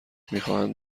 میخواهند